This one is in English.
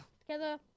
together